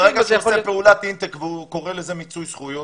ברגע שנעשית פעולה והוא קורא לה מיצוי זכויות,